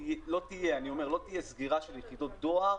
אני אומר: לא תהיה סגירה של יחידות דואר